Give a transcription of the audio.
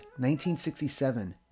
1967